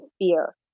fear